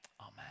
Amen